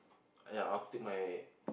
ya I want take my